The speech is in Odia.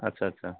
ଆଚ୍ଛା ଆଚ୍ଛା